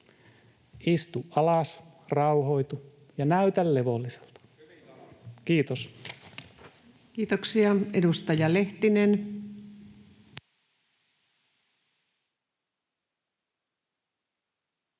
Istu alas, rauhoitu ja näytä levolliselta. — Kiitos. Kiitoksia. — Edustaja Lehtinen.